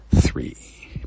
Three